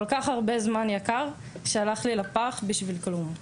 כל-כך הרבה זמן יקר שהלך לפח בשביל כלום.